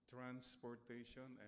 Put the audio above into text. Transportation